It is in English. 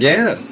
Yes